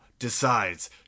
decides